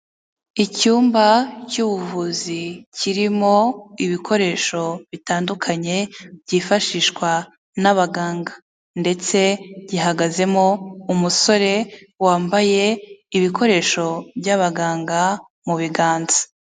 Icyumba cy'ubuvuzi kirimo ibikoresho bitandukanye, byifashishwa n'abaganga ndetse gihagazemo umusore wambaye ibikoresho by'abaganga mu biganza.